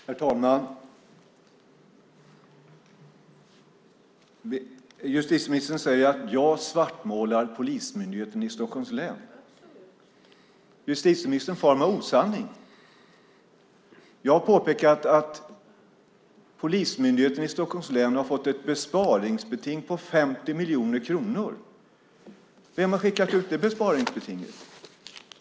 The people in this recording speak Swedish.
Herr talman! Justitieministern säger att jag svartmålar Polismyndigheten i Stockholms län. Justitieministern far med osanning. Jag har påpekat att Polismyndigheten i Stockholms län har fått ett sparbeting på 50 miljoner kronor. Vem har skickat ut det sparbetinget?